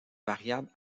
variable